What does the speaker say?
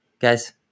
Guys